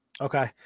Okay